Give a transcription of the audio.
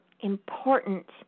important